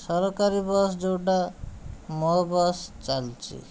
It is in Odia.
ସରକାରୀ ବସ୍ ଯୋଉଟା ମୋ ବସ୍ ଚାଲିଛି